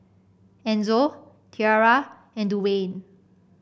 Enzo Tiarra and Duwayne